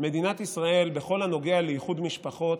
מדינת ישראל, בכל הנוגע לאיחוד משפחות,